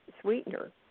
sweetener